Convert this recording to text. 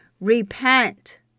Repent